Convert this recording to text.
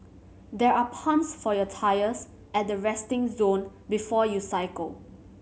there are pumps for your tyres at the resting zone before you cycle